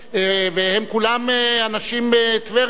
והם כולם אנשים מטבריה.